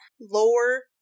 lower